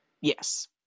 Yes